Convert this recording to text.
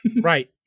Right